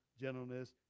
gentleness